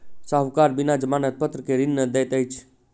साहूकार बिना जमानत पत्र के ऋण नै दैत अछि